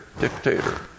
dictator